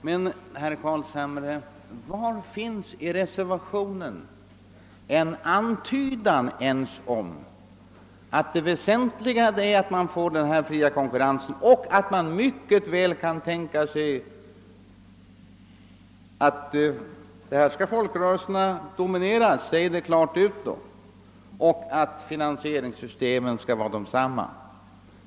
Men jag vill fråga herr Carlshamre: Var finns i reservationen ens en antydan om att det väsentliga är att man får denna fria konkurrens och att man mycket väl kan tänka sig, att folkrörelserna skall dominera inflytandet? Säg det då klart ut och att finansieringssystemet skall vara detsamma.